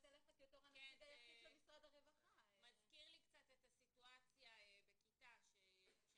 זה מזכיר לי קצת את הסיטואציה בכיתה שכאשר